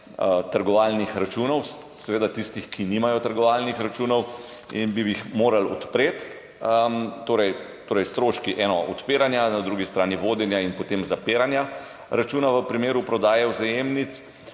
vprašanje. Seveda za tiste, ki nimajo trgovalnih računov in bi jih morali odpreti. Torej stroški odpiranja, na drugi strani vodenja in potem zapiranja računa v primeru prodaje Vzajemne.